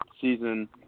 season